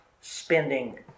spending